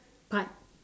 part